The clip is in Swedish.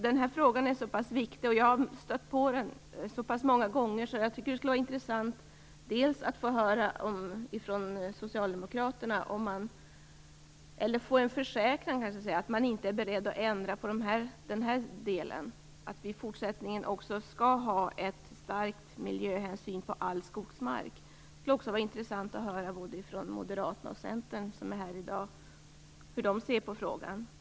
Den här frågan är så pass viktig, och jag har stött på den så många gånger, att det skulle vara intressant att från Socialdemokraterna få en försäkran om att de inte är beredda att ändra på den här delen utan att det också i fortsättningen skall gälla en strikt miljöhänsyn på all skogsmark. Det skulle också vara intressant att höra både från Moderaterna och från Centern hur de ser på frågan.